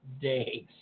days